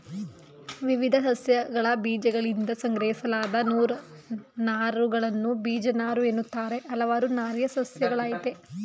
ವಿವಿಧ ಸಸ್ಯಗಳಬೀಜಗಳಿಂದ ಸಂಗ್ರಹಿಸಲಾದ ನಾರುಗಳನ್ನು ಬೀಜನಾರುಎನ್ನುತ್ತಾರೆ ಹಲವಾರು ನಾರಿನ ಸಸ್ಯಗಳಯ್ತೆ